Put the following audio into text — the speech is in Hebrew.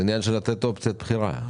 זה עניין של לתת אופציית בחירה.